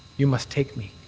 you must take me.